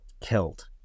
killed